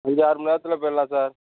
அஞ்சு ஆறு மணி நேரத்தில் போயிடலாம் சார்